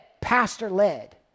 pastor-led